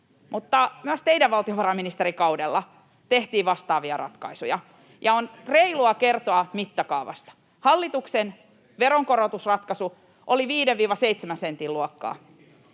mutta myös teidän valtiovarainministerikaudellanne tehtiin vastaavia ratkaisuja. Ja on reilua kertoa mittakaavasta: hallituksen veronkorotusratkaisu oli 5—7 sentin luokkaa,